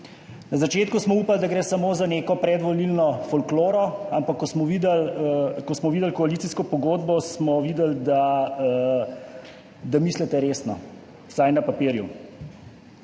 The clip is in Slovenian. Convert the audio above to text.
Na začetku smo upali, da gre samo za neko predvolilno folkloro, ampak ko smo videli koalicijsko pogodbo, smo videli, da mislite resno, vsaj na papirju.